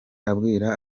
abwira